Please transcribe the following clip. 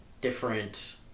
different